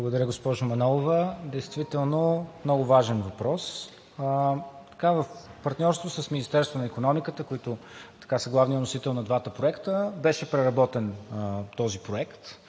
Благодаря. Госпожо Манолова, действително много важен въпрос. В партньорство с Министерството на икономиката, които са главният носител на двата проекта, беше преработен този проект.